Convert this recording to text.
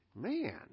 man